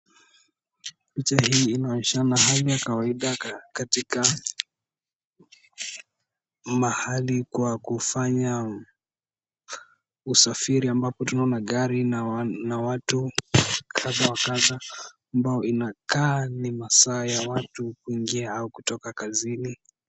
Picha hii inaonyesha mahali ya kawaida katika mahali kwa kufanya usafiri ambapo tunaona gari na watu kadhaa wa kadha ambao inakaa masaa ya watu kuinga au kutoka kazini.